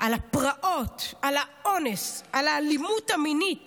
על הפרעות, על האונס, על האלימות המינית